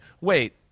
wait